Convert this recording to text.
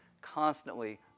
constantly